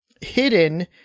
hidden